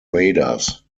raiders